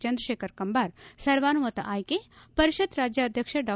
ಚಂದ್ರಶೇಖರ ಕಂಬಾರ ಸರ್ವಾನುಮತ ಆಯ್ಕೆ ಪರಿಷತ್ ರಾಜ್ಯಾಧ್ಯಕ್ಷ ಡಾ